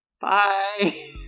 Bye